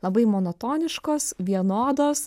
labai monotoniškos vienodos